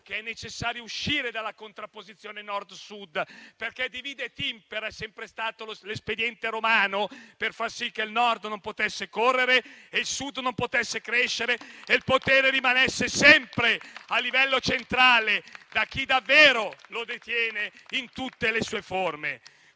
che è necessario uscire dalla contrapposizione Nord-Sud, perché «*divide et impera*» è sempre stato l'espediente romano per far sì che il Nord non potesse correre e il Sud non potesse crescere e il potere rimanesse sempre a livello centrale, nelle mani di chi davvero lo detiene in tutte le sue forme.